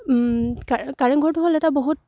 কা কাৰেংঘৰটো হ'ল এটা বহুত